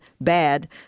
BAD